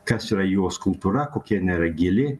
kas yra jos kultūra kokia jinai yra gili